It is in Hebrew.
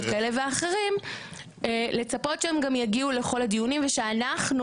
כאלה ואחרים שהם גם יגיעו לכל הדיונים ושאנחנו,